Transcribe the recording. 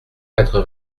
quatre